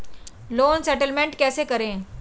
Loan settlement कैसे करें?